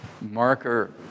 marker